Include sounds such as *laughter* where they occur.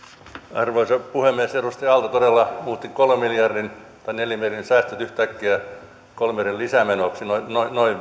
arvoisa puhemies edustaja aalto todella muutti neljän miljardin säästöt yhtäkkiä kolmen miljardin lisämenoksi noin noin *unintelligible*